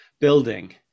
building